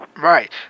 Right